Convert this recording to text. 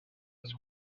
was